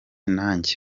najye